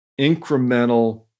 incremental